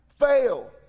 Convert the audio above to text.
Fail